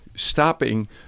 stopping